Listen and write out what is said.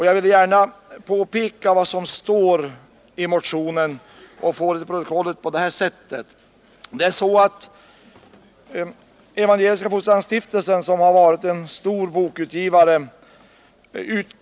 Jag vill gärna påpeka vad som står i motionen och få det till protokollet. Evangeliska fosterlandsstiftelsen är sedan starten och alltjämt en stor bokutgivare.